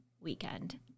weekend